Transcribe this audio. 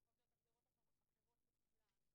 כן אומרים שהיא נמצאת במסגרת יחסי העבודה.